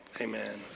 Amen